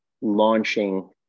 launching